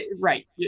right